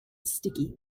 sticky